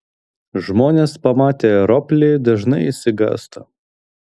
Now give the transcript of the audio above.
žmonės pamatę roplį dažnai išsigąsta